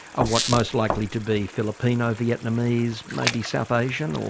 are what, most likely to be filipino, vietnamese, maybe south asian?